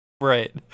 Right